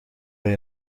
bij